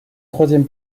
troisième